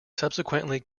subsequently